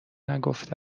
نگفته